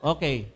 Okay